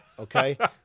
Okay